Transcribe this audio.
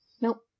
Nope